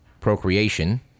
procreation